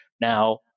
Now